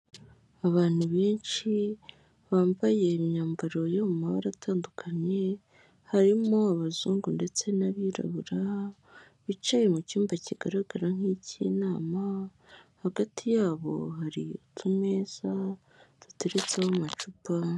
Abantu benshi bambaye imyambaro yo mu mabara atandukanye, harimo abazungu ndetse n'abirabura bicaye mu cyumba kigaragara nk'ik'inama, hagati yabo hari utumeza duturetseho amacupa.